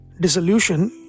dissolution